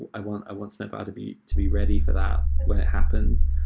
i want i want snowplow to be to be ready for that when it happens.